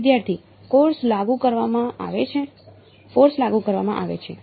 વિદ્યાર્થી ફોર્સ લાગુ કરવામાં આવે છે